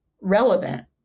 relevant